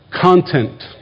Content